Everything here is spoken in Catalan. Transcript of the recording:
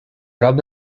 prop